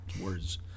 words